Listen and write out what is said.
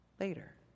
later